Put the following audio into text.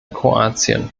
kroatien